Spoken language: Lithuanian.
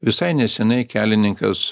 visai nesenai kelininkas